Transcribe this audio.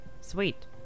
Sweet